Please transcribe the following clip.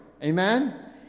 Amen